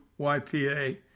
YPA